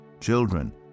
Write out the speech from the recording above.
Children